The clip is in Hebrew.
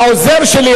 העוזר שלי,